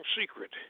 secret